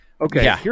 Okay